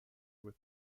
with